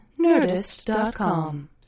nerdist.com